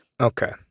Okay